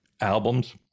albums